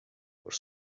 were